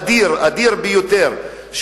אדיר ביותר,